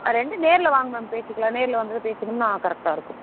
ரெண்டு நேரில் வாங்க மேம் பேசிக்கலாம் நேரில் வந்து பேசினம்ன்னா கரெக்டாக இருக்கும்